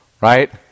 right